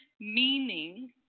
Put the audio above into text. meaning